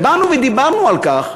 ובאנו ודיברנו על כך